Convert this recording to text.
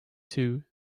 two